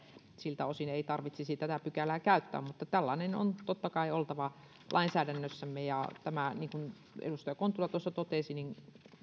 siltä osin ei tarvitsisi tätä pykälää käyttää mutta tällainen on totta kai oltava lainsäädännössämme ja tämä niin kuin edustaja kontula totesi